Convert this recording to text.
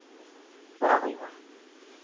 ᱠᱚᱨᱟᱣ ᱦᱩᱭᱩᱜᱼᱟ